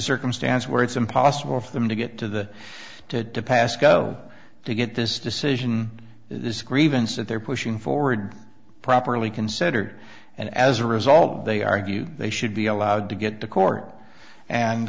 circumstance where it's impossible for them to get to the to go to get this decision this grievance that they're pushing forward properly considered and as a result they argue they should be allowed to get to court and